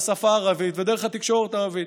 בשפה הערבית ודרך התקשורת הערבית.